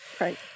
right